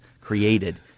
created